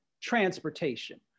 transportation